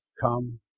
Come